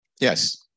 Yes